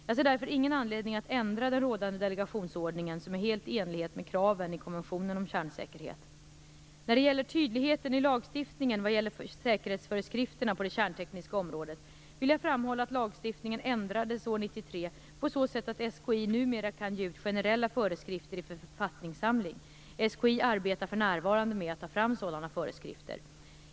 Jag ser därför ingen anledning till att ändra den rådande delegationsordningen som är helt i enlighet med kraven i konventionen om kärnsäkerhet. När det gäller tydligheten i lagstiftningen vad gäller säkerhetsföreskrifterna på det kärntekniska området vill jag framhålla att lagstiftningen ändrades 1993 på så sätt att SKI numera kan ge ut generella föreskrifter i författningssamling. SKI arbetar för närvarande med att ta fram sådana föreskrifter.